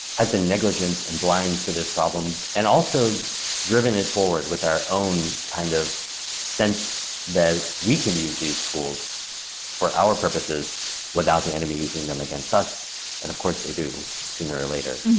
has been negligent and blind to this problem and also driven it forward with our own kind of sense that we can use these tools for our purposes without the enemy using them against us, and of course, they do sooner or later.